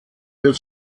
wird